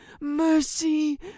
mercy